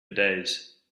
days